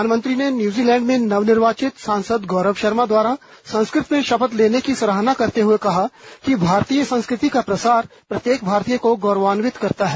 प्रधानमंत्री ने न्यूजीलैंड में नवनिर्वाचित सांसद गौरव शर्मा द्वारा संस्कृत में शपथ लेने की सराहना करते हुए कहा कि भारतीय संस्कृति का प्रसार प्रत्येक भारतीय को गौरवान्वित करता है